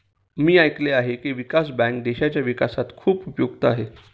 मी ऐकले आहे की, विकास बँक देशाच्या विकासात खूप उपयुक्त आहे